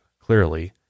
clearly